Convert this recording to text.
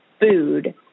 food